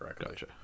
Gotcha